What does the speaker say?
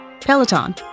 Peloton